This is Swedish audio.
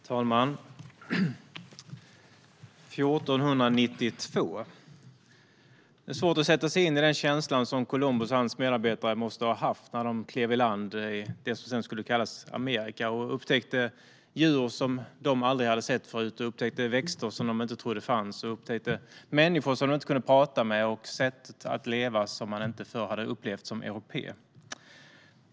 Herr talman! År 1492 - det är svårt att sätta sig in i den känsla som Columbus och hans medarbetare måste ha haft när de klev i land i det som sedan skulle kallas Amerika och upptäckte djur som de aldrig hade sett förut, växter som de inte trodde fanns, människor som de inte kunde prata med och sätt att leva som de som européer inte förr hade upplevt.